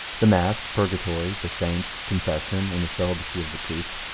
the mass, purgatory, the saints, confession, and the celibacy of the priest,